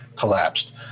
collapsed